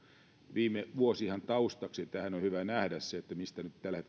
viime vuosihan taustaksi tähän on hyvä nähdä se mistä nyt